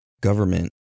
government